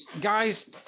guys